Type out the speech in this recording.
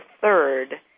third